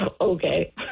Okay